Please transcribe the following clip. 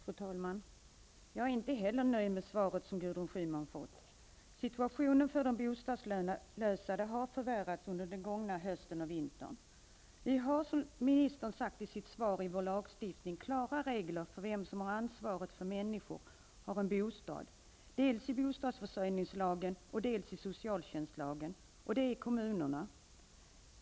Fru talman! Inte heller jag är nöjd med svaret på Situationen för de bostadslösa har förvärrats under den gångna hösten och vintern. Vi har, som ministern säger i sitt svar, i vår lagstiftning -- dels i bostadsförsörjningslagen, dels i socialtjänstlagen -- klara regler för vem som har ansvaret för att människor har en bostad, och det är kommunerna.